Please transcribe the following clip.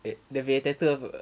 there there will be a tattoo of a